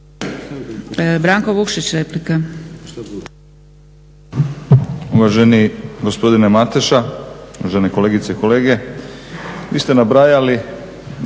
Branko Vukšić, replika.